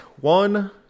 one